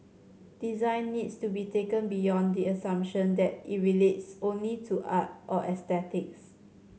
design needs to be taken beyond the assumption that it relates only to art or aesthetics